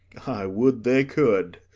i would they could.